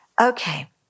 Okay